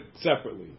separately